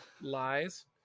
lies